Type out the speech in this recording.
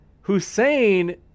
Hussein